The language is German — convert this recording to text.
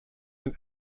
ein